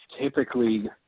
typically